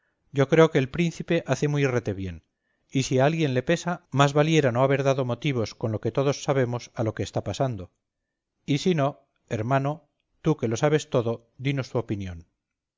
yo creo que el príncipe hace muy retebién y si a alguien le pesa más valiera no haber dado motivos con lo que todos sabemos a lo que está pasando y sino hermano tú que lo sabes todo dinos tu opinión